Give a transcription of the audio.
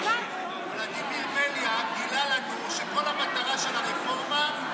ולדימיר בליאק גילה לנו שכל המטרה של הרפורמה היא